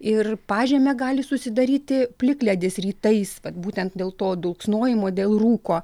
ir pažeme gali susidaryti plikledis rytais vat būtent dėl to dulksnojimo dėl rūko